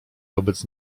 wobec